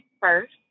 first